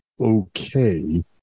okay